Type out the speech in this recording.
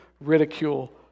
ridicule